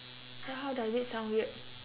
wha~ how does it sound weird